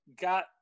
got